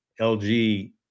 lg